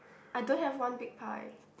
I don't have one big pie